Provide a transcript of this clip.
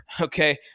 okay